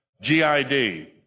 G-I-D